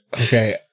Okay